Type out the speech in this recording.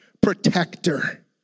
protector